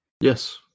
Yes